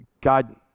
God